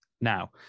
Now